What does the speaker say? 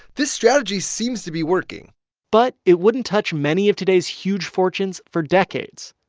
this strategy seems to be working but it wouldn't touch many of today's huge fortunes for decades.